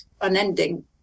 unending